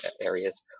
areas